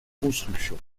construction